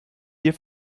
hier